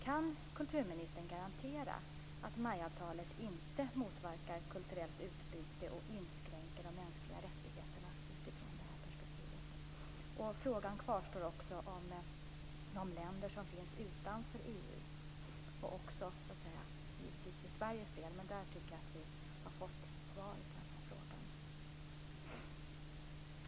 Kan kulturministern garantera att MAI-avtalet inte motverkar kulturellt utbyte och inskränker de mänskliga rättigheterna utifrån detta perspektiv? Frågan kvarstår också när det gäller länder som finns utanför EU. Det gäller givetvis också för Sveriges del, men där tycker jag att vi har fått svar på frågan.